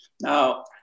Now